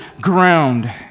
ground